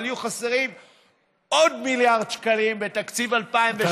אבל יהיה חסר עוד 1 מיליארד שקלים בתקציב 2018. אתה